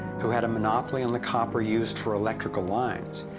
who had a monopoly on the copper used for electrical lines,